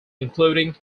including